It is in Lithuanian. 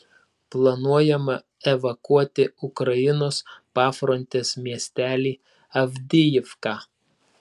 planuojama evakuoti ukrainos pafrontės miestelį avdijivką